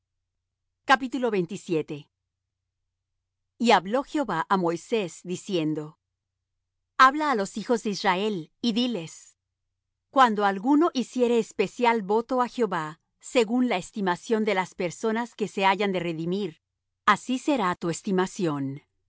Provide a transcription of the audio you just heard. de moisés y hablo jehová á moisés diciendo habla á los hijos de israel y diles cuando alguno hiciere especial voto á jehová según la estimación de las personas que se hayan de redimir así será tu estimación en